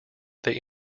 they